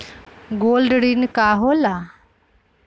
Gold ऋण की होला?